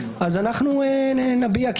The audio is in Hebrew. אנחנו נביע,